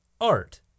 art